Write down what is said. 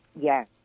Yes